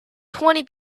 twenty